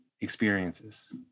Experiences